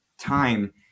time